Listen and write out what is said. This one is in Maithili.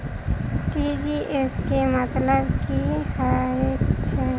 टी.जी.एस केँ मतलब की हएत छै?